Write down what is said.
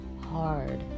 hard